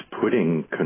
putting